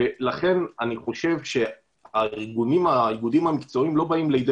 לכן אני חושב שהאיגודים המקצועיים לא באים לידי